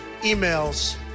emails